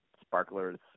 sparklers